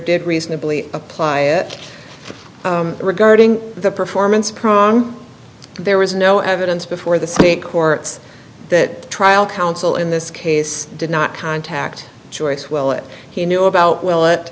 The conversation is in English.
did reasonably apply it regarding the performance prong there was no evidence before the state courts that trial counsel in this case did not contact choice well it he knew about well